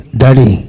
daddy